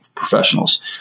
professionals